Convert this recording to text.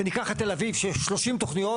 וניקח את תל אביב שיש 30 תוכניות,